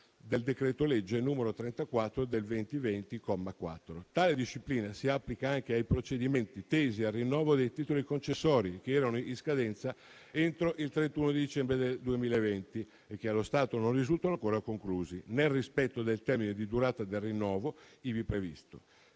del decreto-legge n. 34 del 2020 (comma 4). Tale disciplina si applica anche ai procedimenti tesi al rinnovo dei titoli concessori che erano in scadenza entro il 31 dicembre del 2020 e che, allo stato, non risultano ancora conclusi, nel rispetto del termine di durata del rinnovo ivi previsto.